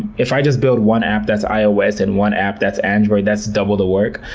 if i just build one app that's ios and one app that's android, that's double the work,